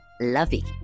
lovey